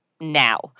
now